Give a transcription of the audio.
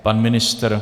Pan ministr?